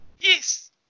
Yes